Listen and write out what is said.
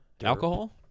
alcohol